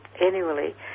annually